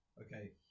Okay